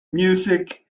music